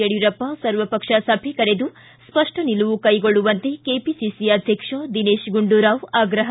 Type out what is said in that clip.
ಯಡಿಯೂರಪ್ಪ ಸರ್ವಪಕ್ಷ ಸಭೆ ಕರೆದು ಸ್ಪಷ್ಷ ನಿಲುವು ಕೈಗೊಳ್ಳುವಂತೆ ಕೆಪಿಸಿಸಿ ಅಧ್ಯಕ್ಷ ದಿನೇತ ಗುಂಡುರಾವ್ ಆಗ್ರಹ